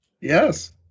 Yes